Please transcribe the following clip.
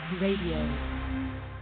Radio